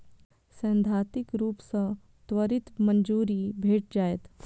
सैद्धांतिक रूप सं त्वरित मंजूरी भेट जायत